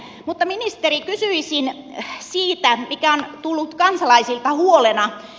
mutta ministeri kysyisin siitä mikä on tullut kansalaisilta huolena